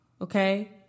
okay